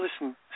listen